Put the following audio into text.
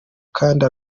kdi